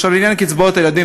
עכשיו לעניין קצבאות הילדים,